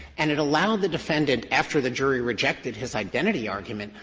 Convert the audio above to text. and it allowed the defendant, after the jury rejected his identity argument,